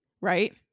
right